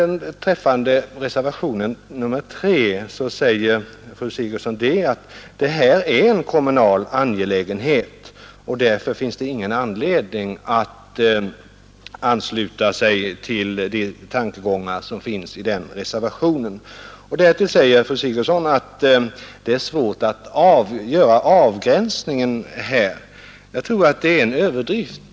Beträffande reservationen 3 säger fru Sigurdsen att fosterhemsverksamheten är en kommunal angelägenhet och att det därför inte finns någon anledning att ansluta sig till de tankegångar som företräds i reservationen. Därtill anser fru Sigurdsen att det är svårt att göra avgränsningen härvidlag. Jag tror att det är en överdrift.